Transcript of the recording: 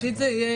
בעתיד זה יהיה,